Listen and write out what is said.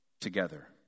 together